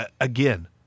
again